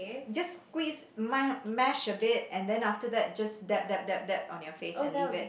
just squeeze me~ mesh a bit and then after that just tap tap tap tap on your face and leave it